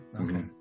Okay